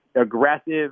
aggressive